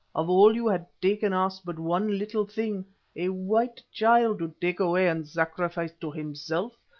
of all you had taken asked but one little thing a white child to take away and sacrifice to himself,